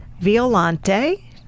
Violante